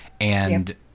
And-